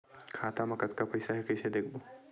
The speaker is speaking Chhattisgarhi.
खाता मा कतका पईसा हे कइसे देखबो?